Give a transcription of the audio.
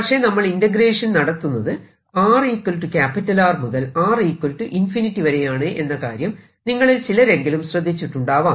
പക്ഷെ നമ്മൾ ഇന്റഗ്രേഷൻ നടത്തുന്നത് r R മുതൽ r ∞ വരെയാണ് എന്ന കാര്യം നിങ്ങളിൽ ചിലരെങ്കിലും ശ്രദ്ധിച്ചിട്ടുണ്ടാവാം